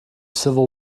civil